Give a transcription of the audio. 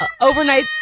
overnight